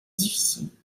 difficiles